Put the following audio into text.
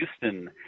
Houston